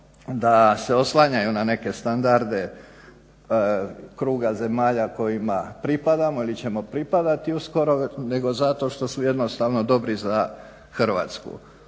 da se oslanjaju na neke standarde kruga zemalja kojima pripadamo ili ćemo pripadati uskoro, nego zato što su jednostavno dobri za Hrvatsku.